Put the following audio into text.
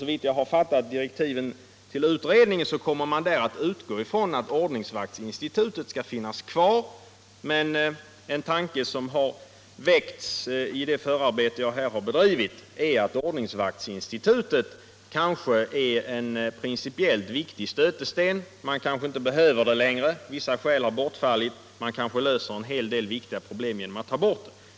Såvitt jag har fattat direktiven till utredningen rätt, kommer man där att utgå från att ordningsvaktsinstitutet skall finnas kvar. Men en tanke som har väckts i det förarbete som jag här har bedrivit är att ordningsvaktsinstitutet kanske är en principiellt sett viktig stötesten. Man behöver kanske inte institutet längre, eftersom vissa skäl till dess existens har bortfallit. Man löser kanske en hel del viktiga problem genom att ta bort det.